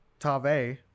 Tave